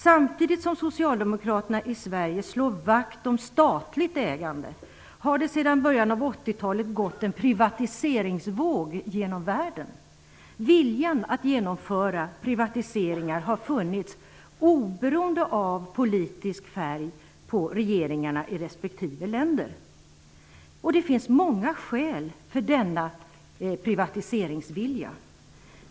Samtidigt som socialdemokraterna i Sverige slår vakt om statligt ägande har det sedan början av 80 talet gått en privatiseringsvåg genom världen. Viljan att genomföra privatiseringar har funnits oberoende av politisk färg på regeringarna i respektive länder. Det finns många skäl till denna privatiseringsvilja.